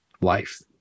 life